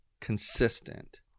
consistent